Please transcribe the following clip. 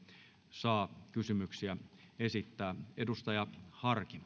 saa kysymyksiä esittää edustaja harkimo